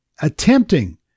attempting